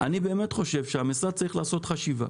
באמת חושב שהמשרד צריך לעשות חשיבה.